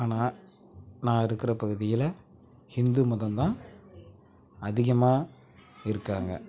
ஆனால் நான் இருக்கிற பகுதியில் ஹிந்து மதம் தான் அதிகமாக இருக்காங்க